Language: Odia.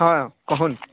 ହଁ କୁହନ୍ତୁ